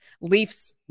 Leafs